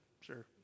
Sure